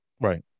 right